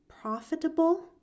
profitable